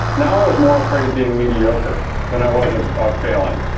now i was more afraid of being mediocre than i was of of failing.